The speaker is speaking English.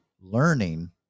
learning